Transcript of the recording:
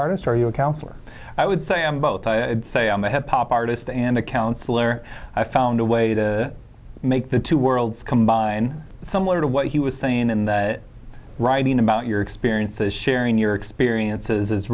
artist are you a counselor i would say i am about to say i'm a hip hop artist and a counselor i found a way to make the two worlds combine somewhat of what he was saying in the writing about your experiences sharing your experiences is